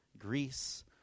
Greece